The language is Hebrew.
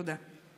תודה.